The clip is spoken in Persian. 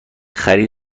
خرید